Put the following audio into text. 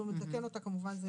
אנחנו נתקן אותה כמובן.